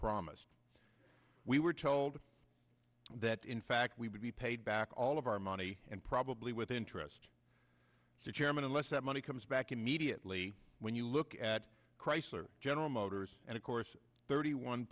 promised we were told that in fact we would be paid back all of our money and probably with interest the chairman unless that money comes back immediately when you look at chrysler general motors and of course thirty one